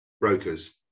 brokers